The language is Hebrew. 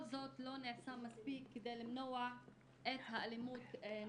זאת לא נעשה מספיק כדי למנוע את האלימות נגדן.